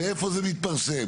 ואיפה זה מתפרסם?